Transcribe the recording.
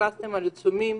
הכרזתם על עיצומים,